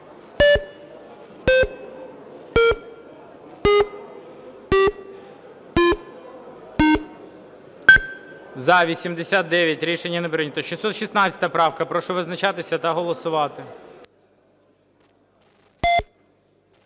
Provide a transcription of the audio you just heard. За-89 Рішення не прийнято. 616 правка. Прошу визначатися та голосувати.